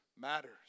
matters